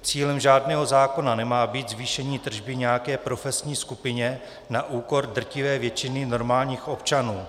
Cílem žádného zákona nemá být zvýšení tržby nějaké profesní skupině na úkor drtivé většiny normálních občanů.